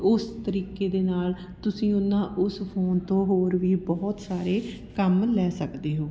ਉਸ ਤਰੀਕੇ ਦੇ ਨਾਲ ਤੁਸੀਂ ਉਹਨਾਂ ਉਸ ਫੋਨ ਤੋਂ ਹੋਰ ਵੀ ਬਹੁਤ ਸਾਰੇ ਕੰਮ ਲੈ ਸਕਦੇ ਹੋ